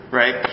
right